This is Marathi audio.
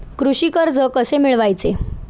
कृषी कर्ज कसे मिळवायचे?